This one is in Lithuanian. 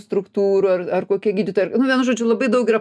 struktūrų ar ar kokie gydytojai ar nu vienu žodžiu labai daug yra